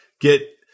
get